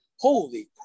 holy